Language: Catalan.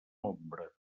ombra